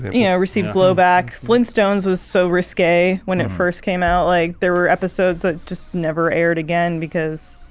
yeah, received blowback flintstones was so risque when it first came out like there were episodes that just never aired again because